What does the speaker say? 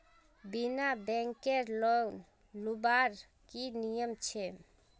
बिना बैंकेर लोन लुबार की नियम छे?